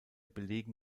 belegen